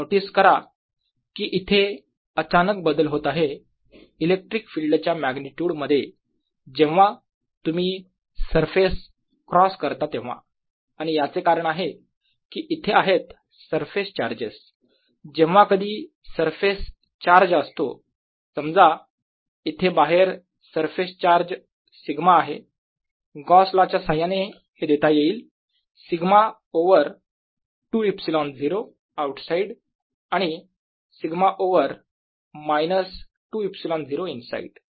notice करा की इथे अचानक बदल होत आहे इलेक्ट्रिक फील्ड च्या मॅग्निट्युड मध्ये जेव्हा तुम्ही सरफेस क्रॉस करता तेव्हा आणि याचे कारण आहे कि इथे आहेत सरफेस चार्जेस जेव्हा कधी सरफेस चार्ज असतो समजा इथे बाहेर सरफेस चार्ज σ आहे गॉस लॉ च्या साह्याने हे देता येईल σ ओवर 2 ε0 आऊटसाईड आणि σ ओवर मायनस 2 ε0 इनसाईड